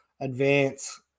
advance